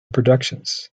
productions